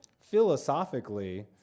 philosophically